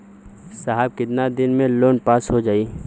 साहब कितना दिन में लोन पास हो जाई?